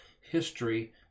history